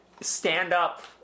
stand-up